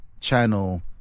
channel